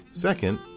Second